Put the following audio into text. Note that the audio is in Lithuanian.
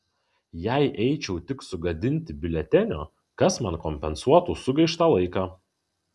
jei eičiau tik sugadinti biuletenio kas man kompensuotų sugaištą laiką